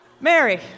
Mary